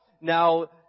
Now